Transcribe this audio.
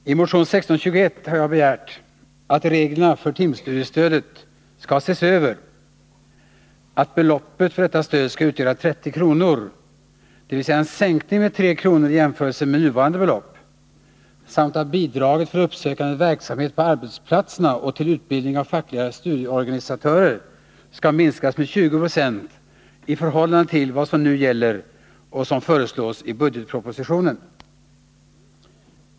Herr talman! I motion 1621 har jag begärt att reglerna för timstudiestödet skall ses över, att beloppet för detta stöd skall utgöra 30 kr., dvs. en sänkning med 3 kr. i jämförelse med nuvarande belopp, samt att bidraget för uppsökande verksamhet på arbetsplatserna och till utbildning av fackliga studieorganisatörer skall minskas med 20 90 i förhållande till vad som nu gäller och som föreslås i budgetpropositionen.